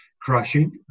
crushing